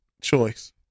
choice